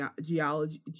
geology